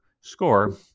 score